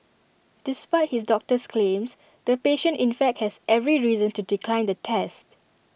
despite his doctor's claims the patient in fact has every reason to decline the test